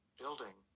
building